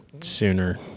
sooner